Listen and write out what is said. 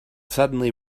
suddenly